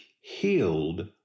healed